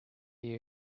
you